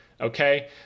okay